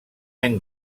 any